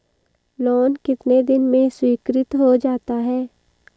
Loan कितने दिन में स्वीकृत हो जाता है?